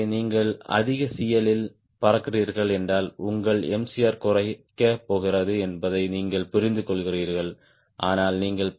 எனவே நீங்கள் அதிக CL இல் பறக்கிறீர்கள் என்றால் உங்கள்Mcrகுறைக்கப் போகிறது என்பதை நீங்கள் புரிந்துகொள்கிறீர்கள் ஆனால் நீங்கள் 0